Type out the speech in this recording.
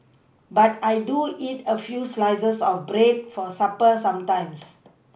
but I do eat a few slices of bread for supper sometimes